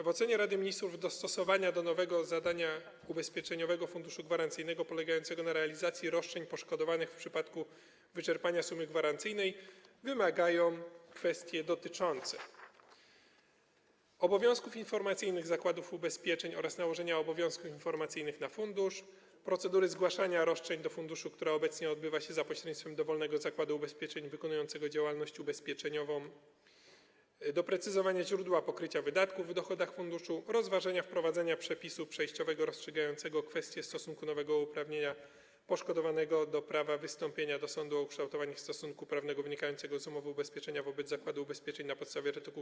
W ocenie Rady Ministrów dostosowania do nowego zadania Ubezpieczeniowego Funduszu Gwarancyjnego polegającego na realizacji roszczeń poszkodowanych w przypadku wyczerpania sumy gwarancyjnej wymagają kwestie dotyczące obowiązków informacyjnych zakładów ubezpieczeń oraz nałożenia obowiązków informacyjnych na fundusz, procedury zgłaszania roszczeń do funduszu, która obecnie odbywa się za pośrednictwem dowolnego zakładu ubezpieczeń wykonującego działalność ubezpieczeniową, doprecyzowania źródła pokrycia wydatków w dochodach funduszu, rozważenia wprowadzenia przepisu przejściowego rozstrzygającego kwestie stosunku nowego uprawnienia poszkodowanego do prawa wystąpienia do sądu o ukształtowanie stosunku prawnego wynikającego z umowy ubezpieczeniowej wobec zakładu ubezpieczeń na podstawie art.